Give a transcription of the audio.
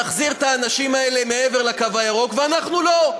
להחזיר את האנשים האלה מעבר לקו הירוק ואנחנו לא.